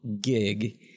gig